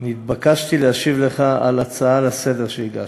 נתבקשתי להשיב לך על ההצעה לסדר-היום שהגשת.